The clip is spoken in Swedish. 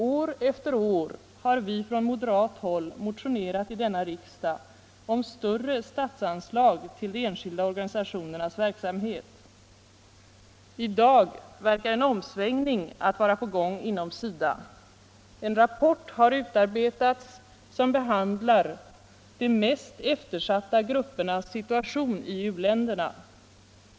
År efter år har vi från moderat håll motionerat i denna riksdag om större statsanslag till de enskilda organisationernas verksamhet. I dag verkar en omsvängning att vara på gång inom SIDA. En rapport har utarbetats som behandlar de mest eftersatta gruppernas situation i u-länderna.